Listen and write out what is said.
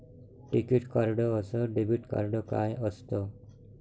टिकीत कार्ड अस debit card काय असत?